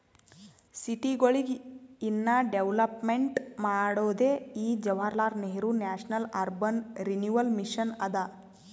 ಸಿಟಿಗೊಳಿಗ ಇನ್ನಾ ಡೆವಲಪ್ಮೆಂಟ್ ಮಾಡೋದೇ ಈ Jawaharlal Nehru national urban renewal mission ಅದಾ